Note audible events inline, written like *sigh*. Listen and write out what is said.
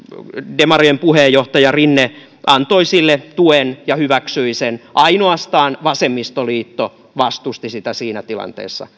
demarien puheenjohtaja rinne antoi sille tuen ja hyväksyi sen ainoastaan vasemmistoliitto vastusti sitä siinä tilanteessa *unintelligible*